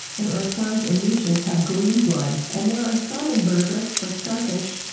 and earthworms and leeches have green blood. and there are some invertebrates, like starfish,